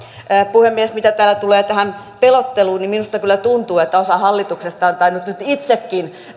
puhemies mitä täällä tulee tähän pelotteluun niin minusta kyllä tuntuu että osa hallituksesta on tainnut nyt itsekin